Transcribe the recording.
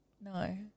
No